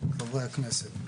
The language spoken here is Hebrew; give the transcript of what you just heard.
חברי הכנסת.